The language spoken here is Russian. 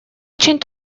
очень